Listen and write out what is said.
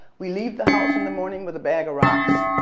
we leave the house in the morning with a bag of rocks.